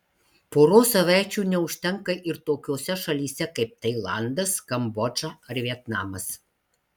poros savaičių neužtenka ir tokiose šalyse kaip tailandas kambodža ar vietnamas